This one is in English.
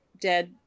dead